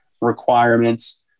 requirements